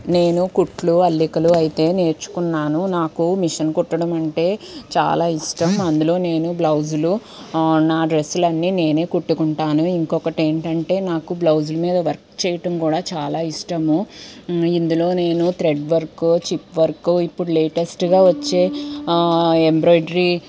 నేను కుట్లు అల్లికలు అయితే నేర్చుకున్నాను నాకు మిషన్ కుట్టడం అంటే చాలా ఇష్టం అందులో నేను బ్లౌజులు నా డ్రెస్సులు అన్నీ నేనే కొట్టుకుంటాను ఇంకొకటి ఏంటంటే నాకు బ్లౌజులు మీద వర్క్ చేయడం కూడా చాలా ఇష్టము ఇందులో నేను థ్రెడ్ వర్క్ చిప్ వర్క్ ఇప్పుడు లేటెస్ట్గా వచ్చే ఎంబ్రాయిడరీ